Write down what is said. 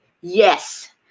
Yes